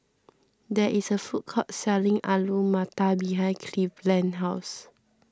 there is a food court selling Alu Matar behind Cleveland's house